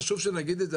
חשוב שנגיד את זה,